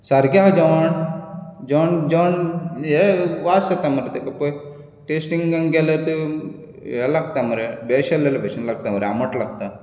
सारकें आसा जेवण जेवण जेवण ये वास येता मरे तेका पय टेस्ट लेगीत केलें जाल्यार ये लागता मरे बेळशेल्ले भशेन लागता आंबट लागता